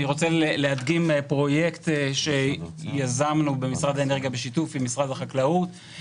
אני רוצה להדגים פרויקט שיזמנו במשרד האנרגיה בשיתוף עם משרד החקלאות.